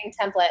template